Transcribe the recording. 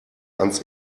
ans